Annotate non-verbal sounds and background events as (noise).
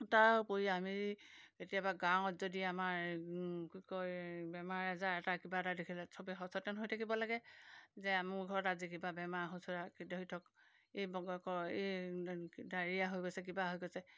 তাৰ উপৰি আমি কেতিয়াবা গাঁৱত যদি আমাৰ কি কয় এই বেমাৰ আজাৰ এটা কিবা এটা দেখিলে চবেই সচেতন হৈ থাকিব লাগে যে মোৰ ঘৰত আজি কিবা বেমাৰ সুচৰা ইটো সিটো (unintelligible) এই ডায়েৰিয়া হৈ গৈছে কিবা হৈ গৈছে